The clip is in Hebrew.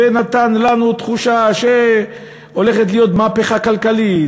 ונתן לנו תחושה שהולכת להיות מהפכה כלכלית,